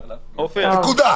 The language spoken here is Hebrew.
נקודה.